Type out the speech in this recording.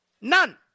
None